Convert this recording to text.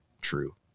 true